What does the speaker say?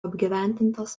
apgyvendintas